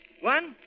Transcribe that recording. One